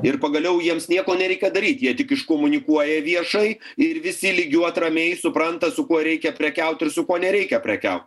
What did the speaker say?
ir pagaliau jiems nieko nereikia daryt jie tik iškomunikuoja viešai ir visi lygiuot ramiai supranta su kuo reikia prekiaut ir su kuo nereikia prekiaut